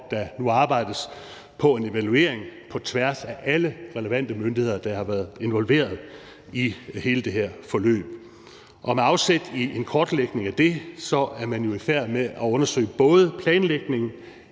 der nu arbejdes på en evaluering på tværs af alle relevante myndigheder, der har været involveret i hele det her forløb. Og med afsæt i en kortlægning af det er man jo i færd med at undersøge både planlægning